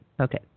Okay